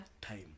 time